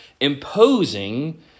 imposing